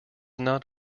not